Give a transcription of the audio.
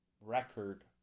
record